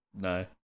No